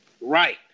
right